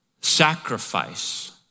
Sacrifice